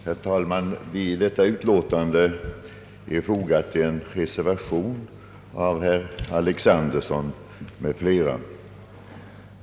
Herr talman! Vid detta utlåtande är fogad en reservation av herr Alexanderson m.fl.